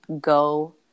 go